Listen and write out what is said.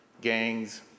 gangs